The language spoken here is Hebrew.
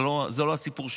זה לא הסיפור שלי.